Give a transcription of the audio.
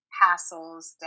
hassles